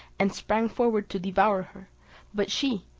and sprang forward to devour her but she,